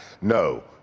No